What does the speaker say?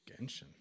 Genshin